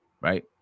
right